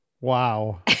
wow